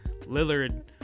Lillard